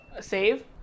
Save